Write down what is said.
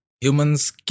humans